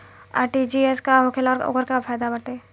RTGS का होखेला और ओकर का फाइदा बाटे?